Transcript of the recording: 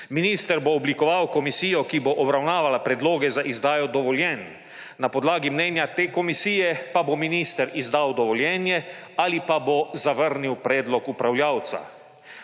Minister bo oblikoval komisijo, ki bo obravnavala predloge za izdajo dovoljenj, na podlagi mnenje te komisije pa bo minister izdal dovoljenje ali pa bo zavrnil predlog upravljavca.